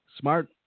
smart